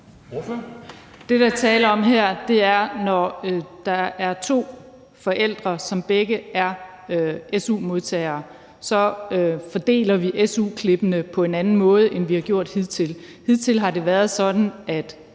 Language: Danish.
Det, der er tale om her, er, at når der er to forældre, som begge er su-modtagere, fordeler vi su-klippene på en anden måde, end vi har gjort hidtil. Hidtil har det været sådan, at